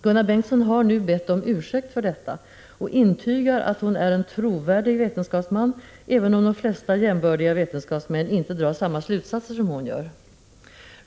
Gunnar Bengtsson har nu bett om ursäkt för detta och intygar att hon är en trovärdig vetenskapsman, även om de flesta jämbördiga vetenskapsmän inte drar samma slutsatser som hon gör.